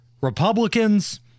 Republicans